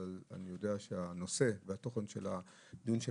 אבל אני יודע שהנושא והתוכן של הדיון של